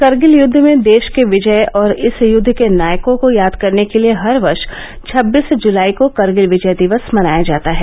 करगिल युद्ध में देश के विजय और इस युद्ध के नायकों को याद करने के लिए हर वर्ष छबबीस जुलाई को करगिल विजय दिवस मनाया जाता है